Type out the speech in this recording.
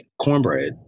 cornbread